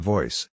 Voice